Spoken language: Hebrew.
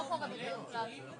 אנחנו מצביעים על החוק כפי שהוא,